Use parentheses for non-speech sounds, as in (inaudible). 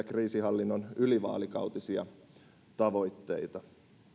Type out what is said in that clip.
(unintelligible) kriisinhallinnan ylivaalikautisia tavoitteita